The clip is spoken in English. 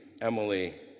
Emily